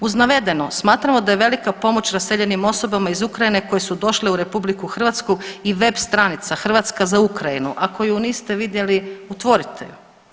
Uz navedeno smatramo da je velika pomoć raseljenim osobama iz Ukrajine koji su došli u RH i web stanica Hrvatska za Ukrajinu, ako ju niste vidjeli otvorite ju.